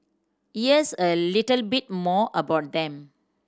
here's a little bit more about them